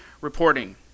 reporting